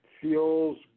feels